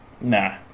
Nah